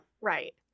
Right